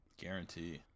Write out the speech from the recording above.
Guarantee